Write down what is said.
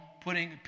putting